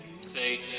Say